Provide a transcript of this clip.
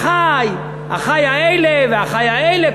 אחי, אחי האלה ואחי האלה.